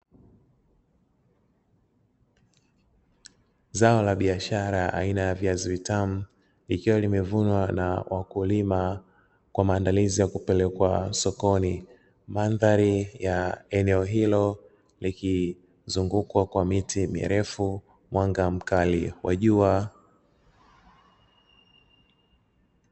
Zao la biashara aina ya viazi vitamu likiwa limevunwa na wa wakulima kwa maandalizi ya kupelekwa sokoni, mandhari ya eneo hilo likizungukwa na miti mirefu mwanga mkali wa jua.